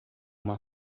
uma